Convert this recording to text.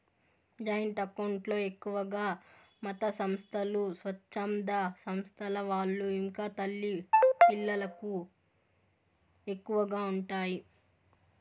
joint account లో ఎక్కువగా మతసంస్థలు, స్వచ్ఛంద సంస్థల వాళ్ళు ఇంకా తల్లి పిల్లలకు ఎక్కువగా ఉంటాయి